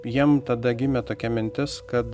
jiem tada gimė tokia mintis kad